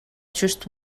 just